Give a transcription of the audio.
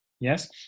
yes